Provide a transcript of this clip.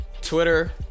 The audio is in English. Twitter